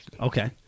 Okay